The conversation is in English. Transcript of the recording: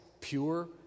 pure